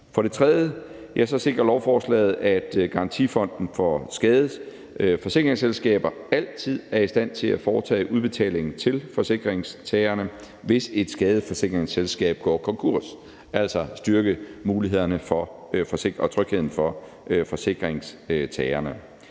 For det tredje sikrer lovforslaget, at Garantifonden for skadesforsikringsselskaber altid er i stand til at foretage udbetaling til forsikringstagerne, hvis et skadesforsikringsselskab går konkurs; altså styrker mulighederne og trygheden for forsikringstagerne.